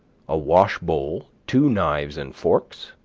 a wash-bowl, two knives and forks,